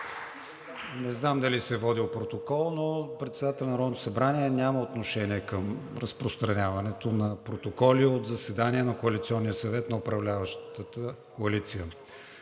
Не знам дали се е водил протокол, но председателят на Народното събрание няма отношение към разпространяването на протоколи от заседание на коалиционния съвет на управляващата коалиция.